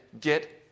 get